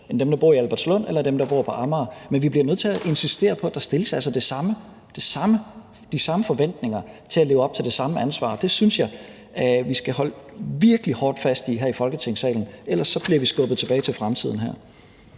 til dem, der bor i Albertslund, eller dem, der bor på Amager, men vi bliver nødt til at insistere på, at der altså er de samme forventninger om at leve op til det samme ansvar. Det synes jeg vi skal holde virkelig hårdt fast i her i Folketingssalen – ellers bliver vi skubbet tilbage til fortiden her.